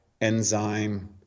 enzyme